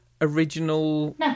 original